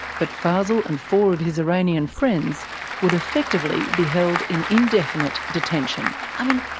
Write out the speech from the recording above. but fazel and four of his iranian friends would effectively be held in indefinite detention. i mean,